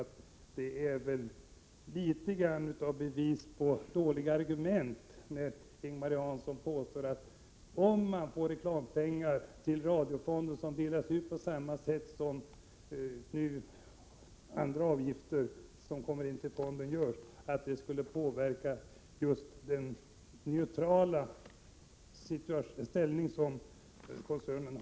Men det är ändå något av bevis på brist på argument, när Ing-Marie Hansson påstår att Sveriges Radio-koncernens neutrala ställning skulle påverkas om man tillför reklampengar till radiofonden som sedan delas ut på samma sätt som gäller för mottagaravgifter som tillförs fonden.